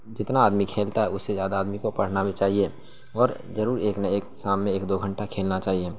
جتنا آدمی کھیلتا ہے اس سے زیادہ آدمی کو پڑھنا بھی چاہیے اور ضرور ایک نہ ایک شام میں ایک دو گھنٹہ کھیلنا چاہیے